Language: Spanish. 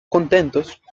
contentos